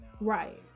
right